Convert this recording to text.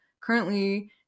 currently